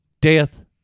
death